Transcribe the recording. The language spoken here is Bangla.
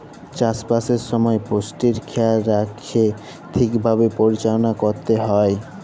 চাষবাসের সময় পুষ্টির খেয়াল রাইখ্যে ঠিকভাবে পরিচাললা ক্যইরতে হ্যয়